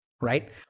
Right